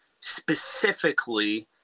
specifically